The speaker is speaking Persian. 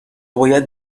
باید